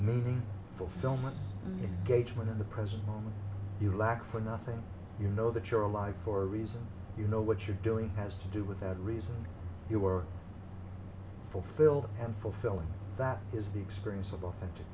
moving fulfillment gauge when in the present moment you lack for nothing you know that you're alive for a reason you know what you're doing has to do with that reason you are fulfilled and fulfilling that is the experience of a